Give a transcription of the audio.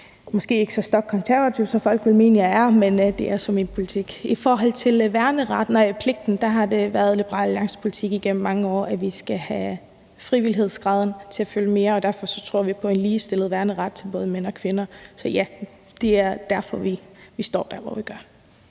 folk kan mene jeg er, men det er altså min politik. I forhold til værnepligten har det været Liberal Alliances politik igennem mange år, at vi skal have graden af frivillighed til at fylde mere, og derfor tror vi på at ligestille værneret mellem mænd og kvinder. Så det er derfor, vi står der, hvor vi gør.